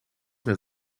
met